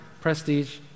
prestige